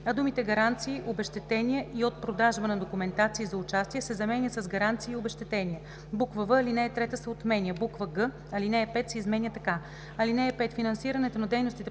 а думите „гаранции, обезщетения и от продажба на документации за участие“ се заменят с „гаранции и обезщетения“; в) алинея 3 се отменя. г) алинея 5 се изменя така: „(5) Финансирането на дейностите